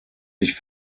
sich